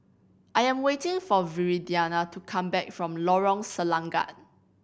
I am waiting for Viridiana to come back from Lorong Selangat